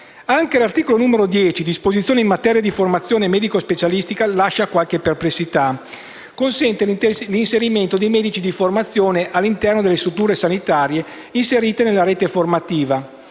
Anche l'articolo 10, contenente disposizioni in materia di formazione medica specialistica, lascia qualche perplessità. Esso consente l'inserimento dei medici in formazione all'interno delle strutture sanitarie inserite nella rete formativa.